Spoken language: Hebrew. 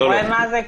אתה רואה מה זה?